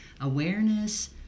awareness